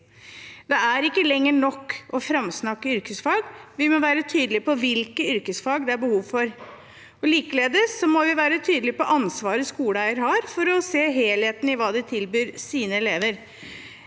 Det er ikke lenger nok å framsnakke yrkesfag, vi må være tydelig på hvilke yrkesfag det er behov for. Likeledes må vi være tydelige på ansvaret skoleeier har for å se helheten i hva de tilbyr sine elever.